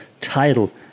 title